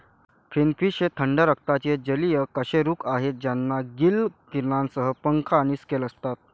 finfish हे थंड रक्ताचे जलीय कशेरुक आहेत ज्यांना गिल किरणांसह पंख आणि स्केल असतात